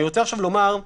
אני רוצה לדבר על